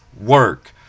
work